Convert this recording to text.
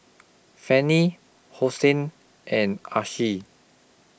Fannie Hosea and Alcee